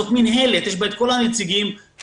זאת מינהלת, יש בה את כל הנציגים הרלוונטיים.